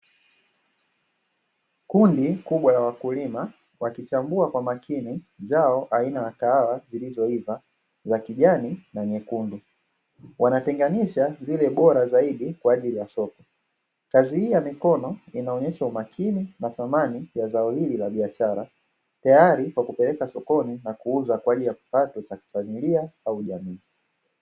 Kundi kubwa la wakulima, wakichambua kwa makini zao aina ya kahawa zilizoiva, za kijani na nyekundu. Wanatenganisha zile bora zaidi kwa ajili ya soko. Kazi hii ya mikono inaonyesha umakini na thamani ya zao hili la biashara, tayari kwa kupeleka sokoni na kuuza kwa ajili ya kipato cha kifamilia au jamii.